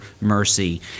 mercy